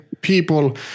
people